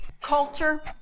culture